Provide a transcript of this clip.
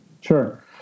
Sure